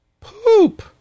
poop